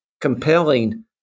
compelling